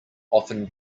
often